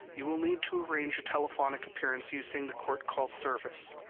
you will need to arrange a telephonic appearance using the court call service.